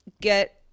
get